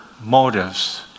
motives